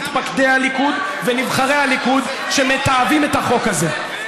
מתפקדי הליכוד ונבחרי הליכוד שמתעבים את החוק הזה.